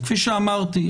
כפי שאמרתי,